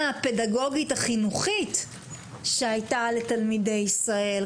הפדגוגית החינוכית שהייתה לתלמידי ישראל,